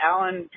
Alan